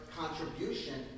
contribution